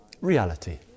reality